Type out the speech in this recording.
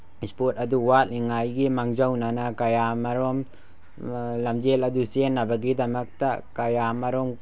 sport ꯑꯗꯨ ꯋꯥꯠꯂꯤꯉꯥꯏꯒꯤ ꯃꯥꯡꯖꯧꯅꯅ ꯀꯋꯥ ꯑꯃꯔꯣꯝ ꯂꯝꯖꯦꯜ ꯑꯗꯨ ꯆꯦꯟꯅꯕꯒꯤꯗꯃꯛꯇ ꯀꯌꯥ ꯑꯃꯔꯣꯝ